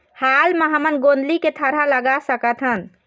हाल मा हमन गोंदली के थरहा लगा सकतहन?